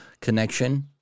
connection